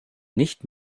nicht